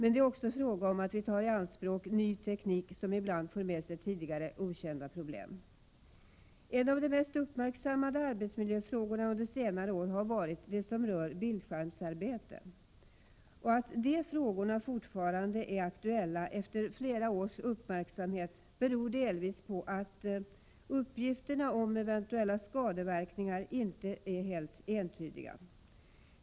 Det är också fråga om att vi tar i anspråk ny teknik, som ibland för med sig tidigare okända problem. De mest uppmärksammade arbetsmiljöfrågorna under senare år har varit de som rör bildskärmsarbete. Att de frågorna fortfarande är aktuella efter flera års uppmärksamhet beror delvis på att uppgifterna om eventuella skadeverkningar inte är helt entydiga.